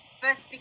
first